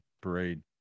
parade